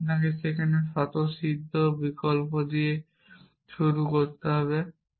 কারণ আপনাকে সেখানে কিছু স্বতঃসিদ্ধ বিকল্প দিয়ে শুরু করতে হবে